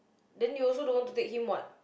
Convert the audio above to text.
then you also don't want to take him what